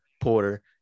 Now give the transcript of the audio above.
Porter